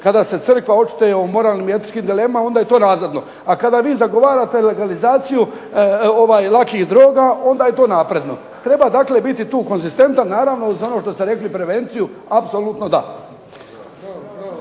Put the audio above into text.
kada se crkva očituje o moralnim i etičkim dilemama onda je to razvidno, a kada vi zagovarate legalizaciju lakih droga onda je to napredno. Treba dakle biti tu konzistentan, naravno uz ono što ste rekli prevenciju apsolutno da.